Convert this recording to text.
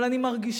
אבל אני מרגישה